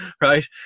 Right